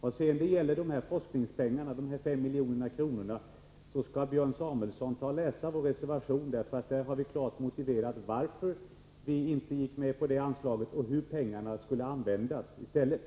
Vad gäller de 5 miljonerna i forskningspengar skall Björn Samuelson läsa vår reservation, för där har vi klart motiverat varför vi inte gick med på anslaget och angivit hur pengarna skulle användas i stället.